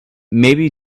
maybe